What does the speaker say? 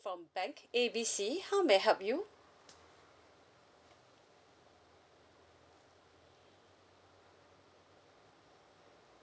from bank A B C how may I help you